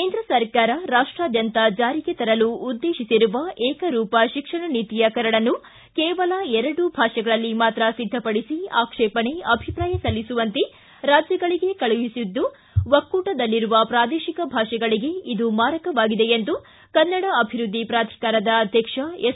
ಕೇಂದ್ರ ಸರ್ಕಾರ ರಾಷ್ಟಾದ್ಯಂತ ಜಾರಿಗೆ ತರಲು ಉದ್ದೇಶಿಸಿರುವ ಏಕರೂಪ ಶಿಕ್ಷಣ ನೀತಿಯ ಕರಡನ್ನು ಕೇವಲ ಎರಡು ಭಾಷೆಗಳಲ್ಲಿ ಮಾತ್ರ ಸಿದ್ದಪಡಿಸಿ ಆಕ್ಷೇಪಣೆ ಅಭಿಪ್ರಾಯ ಸಲ್ಲಿಸುವಂತೆ ರಾಜ್ಯಗಳಿಗೆ ಕಳುಹಿಸಿದ್ದು ಒಕ್ಕೂಟದಲ್ಲಿರುವ ಪ್ರಾದೇಶಿಕ ಭಾಷೆಗಳಿಗೆ ಇದು ಮಾರಕವಾಗಿದೆ ಎಂದು ಕನ್ನಡ ಅಭಿವೃದ್ಧಿ ಪ್ರಾಧಿಕಾರದ ಅಧ್ಯಕ್ಷ ಎಸ್